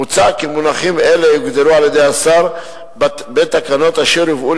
מוצע כי מונחים אלה יוגדרו על-ידי השר בתקנות אשר יובאו